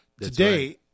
today